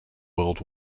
world